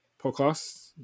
podcast